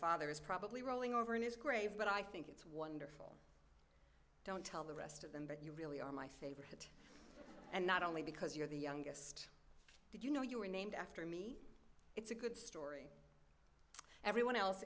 father is probably rolling over in his grave but i think it's wonderful don't tell the rest of it you really are my favorite and not only because you're the youngest did you know you were named after me good story everyone else